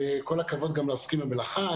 וכל הכבוד גם לעוסקים במלאכה,